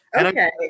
Okay